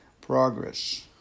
Progress